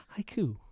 haiku